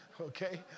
Okay